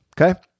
okay